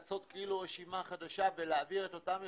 לעשות רשימה חדשה ולהעביר באישור סעיף 46 את